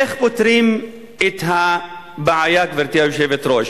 איך פותרים את הבעיה, גברתי היושבת-ראש?